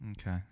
Okay